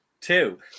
two